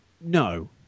No